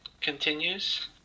continues